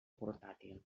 portàtil